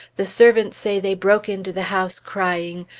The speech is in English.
the servants say they broke into the house crying,